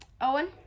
Owen